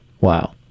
Wow